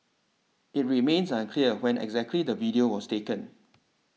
it remains unclear when exactly the video was taken